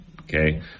Okay